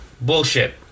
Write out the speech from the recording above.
Bullshit